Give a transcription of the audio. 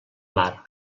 mar